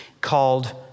called